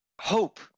hope